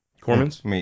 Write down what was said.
Corman's